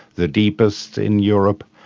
the deepest in europe.